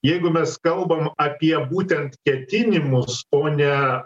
jeigu mes kalbam apie būtent ketinimus o ne